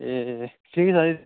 ए ठिकै छ